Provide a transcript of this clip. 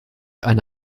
eine